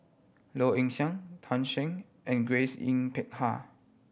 Low Ing Sing Tan Shen and Grace Yin Peck Ha